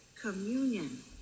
communion